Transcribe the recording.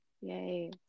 Yay